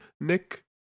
Nick